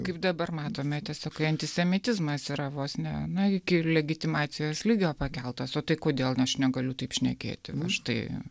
kaip dabar matome tiesiog kai antisemitizmas yra vos ne na iki legitimacijos lygio pakeltas o tai kodėl aš negaliu taip šnekėti aš tai